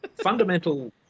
fundamental